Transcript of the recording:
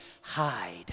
hide